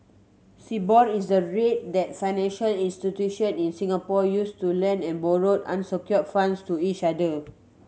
Sibor is the rate that financial institutions in Singapore use to lend and borrow unsecured funds to each other